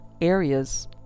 areas